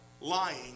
lying